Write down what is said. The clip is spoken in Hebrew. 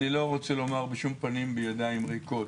אני לא רוצה לומר בשום פנים בידיים ריקות